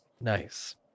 nice